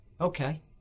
Okay